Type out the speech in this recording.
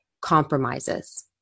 compromises